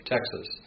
Texas